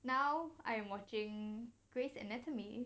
now I am watching grey's anatomy